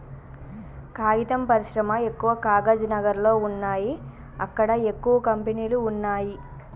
కాగితం పరిశ్రమ ఎక్కవ కాగజ్ నగర్ లో వున్నాయి అక్కడ ఎక్కువ కంపెనీలు వున్నాయ్